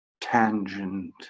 tangent